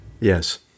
yes